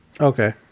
Okay